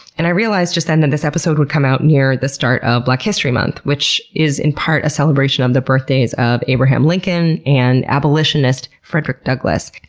and i realized just then that this episode would come out near the start of black history month, which is in part a celebration of the birthdays of abraham lincoln and abolitionist frederick douglass.